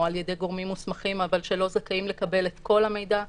או על ידי גורמים מוסמכים אבל שלא זכאים לקבל את כל המידע,